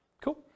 Cool